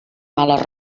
males